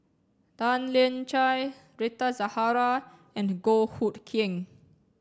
Tan Lian Chye Rita Zahara and Goh Hood Keng